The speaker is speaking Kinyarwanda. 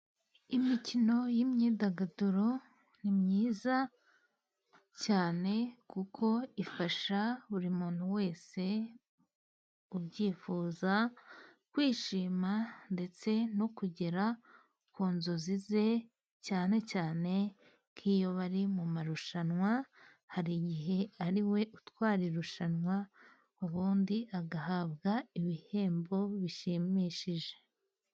Imikino y'imyidagaduro ni myiza cyane kuko ifasha buri muntu wese ubyifuza kwishima ndetse no kugera ku nzozi ze, cyane cyane nk'iyo bari mu marushanwa hari igihe ariwe utwara irushanwa ubundi agahabwa ibihembo bishimishije.